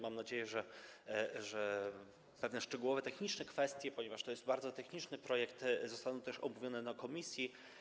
Mam nadzieję, że pewne szczegółowe techniczne kwestie, ponieważ to jest bardzo techniczny projekt, zostaną też omówione w komisji.